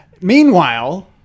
meanwhile